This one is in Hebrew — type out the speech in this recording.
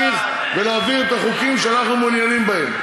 מלהמשיך ולהעביר את החוקים שאנחנו מעוניינים בהם.